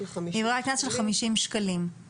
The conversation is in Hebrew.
להגיד שלמוסדות להשכלה גבוהה יש סמכות לקבוע תקנון